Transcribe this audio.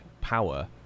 power